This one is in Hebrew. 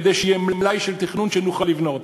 כדי שיהיה מלאי של תכנון שנוכל לבנות,